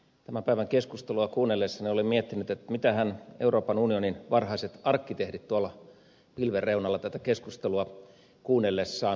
tämän päivän keskustelua kuunnellessani olen miettinyt mitähän euroopan unionin varhaiset arkkitehdit tuolla pilven reunalla tätä keskustelua kuunnellessaan ajattelevat